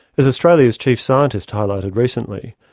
as australia's chief scientist highlighted recently,